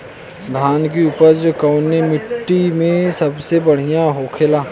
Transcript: धान की उपज कवने मिट्टी में सबसे बढ़ियां होखेला?